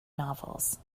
novels